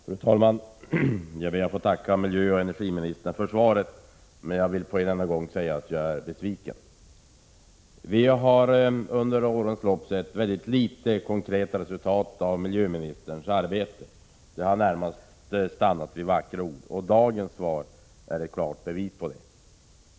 Fru talman! Jag ber att få tacka miljöoch energiministern för svaret, men jag vill med en gång säga att jag är besviken över det. Vi har under årens lopp sett mycket litet konkreta resultat av miljöministerns arbete — det har närmast stannat vid vackra ord. Dagens svar är ett klart bevis för det påståendet.